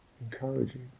encouraging